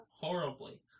Horribly